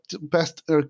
best